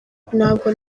ntabwo